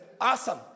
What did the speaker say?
awesome